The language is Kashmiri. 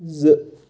زٕ